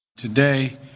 Today